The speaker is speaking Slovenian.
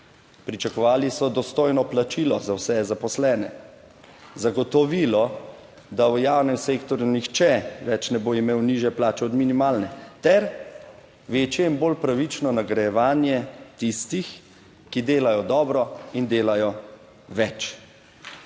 Pričakovali so dostojno plačilo za vse zaposlene, zagotovilo, da v javnem sektorju nihče več ne bo imel nižje plače od minimalne, ter večje in bolj pravično nagrajevanje tistih, ki delajo dobro in delajo več.